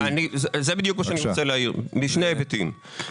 שאני רוצה להעיר, משני היבטים.